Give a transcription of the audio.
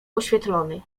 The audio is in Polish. oświetlony